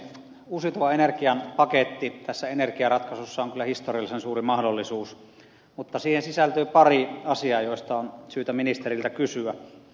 uusiutuvan energian paketti tässä energiaratkaisussa on kyllä historiallisen suuri mahdollisuus mutta siihen sisältyy pari asiaa joista on syytä ministeriltä kysyä